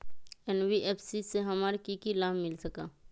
NBFC से हमार की की लाभ मिल सक?